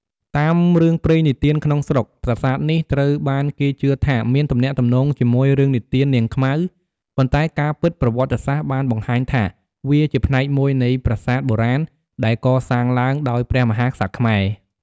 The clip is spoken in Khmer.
តាមរឿងព្រេងនិទានក្នុងស្រុក ប្រាសាទនេះត្រូវបានគេជឿថាមានទំនាក់ទំនងជាមួយរឿងនិទាននាងខ្មៅ ប៉ុន្តែការពិតប្រវត្តិសាស្ត្របានបង្ហាញថាវាជាផ្នែកមួយនៃប្រាសាទបុរាណដែលកសាងឡើងដោយព្រះមហាក្សត្រខ្មែរ។